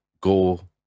go